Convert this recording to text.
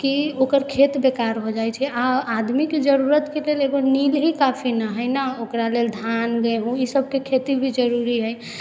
कि ओकर खेत बेकार हो जाइ छै आओर आदमीके जरूरत लेल नील ही काफी नहि हइ ओकरा लेल धान गेहूँ ईसबके खेती भी जरूरी हइ तऽ ई